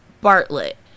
Bartlett